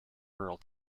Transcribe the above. rural